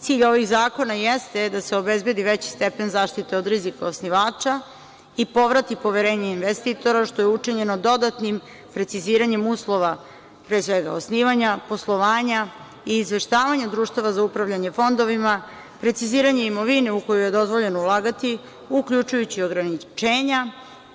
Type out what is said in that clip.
Cilj ovih zakona jeste da se obezbedi veći stepen zaštite od rizika osnivača i povrati poverenje investitora, što je učinjeno dodatnim preciziranjem uslova, pre svega osnivanja, poslovanja i izveštavanja društava za upravljanje fondovima, preciziranje imovine u koju je dozvoljeno ulagati, uključujući ograničenja